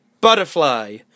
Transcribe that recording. Butterfly